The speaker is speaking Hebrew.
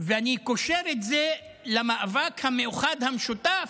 ואני קושר את זה למאבק המאוחד, המשותף,